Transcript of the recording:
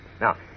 Now